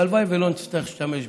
והלוואי ולא נצטרך להשתמש בו.